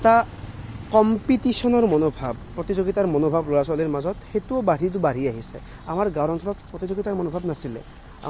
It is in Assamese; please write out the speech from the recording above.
এটা কম্পিটিচনৰ মনোভাৱ প্ৰতিযোগিতাৰ মনোভাৱ ল'ৰা ছোৱালীৰ মাজত সেইটো বাঢ়ি বাঢ়ি আহিছে আমাৰ গাঁও অঞ্চলত প্ৰতিযোগিতাৰ মনোভাৱ নাছিলে